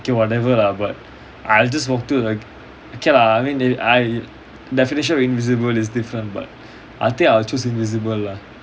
K whatever lah but I just walk through K lah I mean I definition of invisible is different but I think I will choose invisible lah